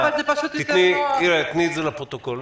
תאמרי את זה לפרוטוקול.